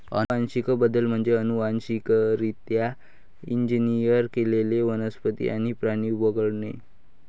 अनुवांशिक बदल म्हणजे अनुवांशिकरित्या इंजिनियर केलेले वनस्पती आणि प्राणी वगळणे